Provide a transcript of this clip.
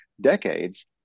decades